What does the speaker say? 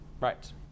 right